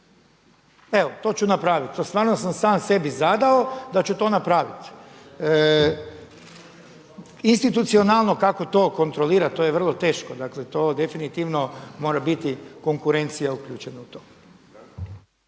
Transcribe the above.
Evo to ću napraviti, to stvarno sam sam sebi zadao da ću to napraviti. Institucionalno kako to kontrolirati to je vrlo teško, to definitivno mora biti konkurencija uključena u to.